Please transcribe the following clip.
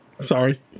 Sorry